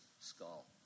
skull